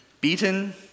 Beaten